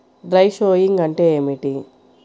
Dry sowing అంటే ఏమిటి?